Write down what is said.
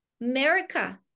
America